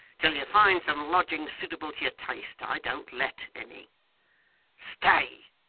till you find some lodgings suitable to your taste. i don't let any stay!